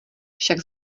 však